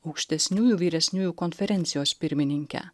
aukštesniųjų vyresniųjų konferencijos pirmininkę